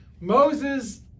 Moses